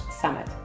summit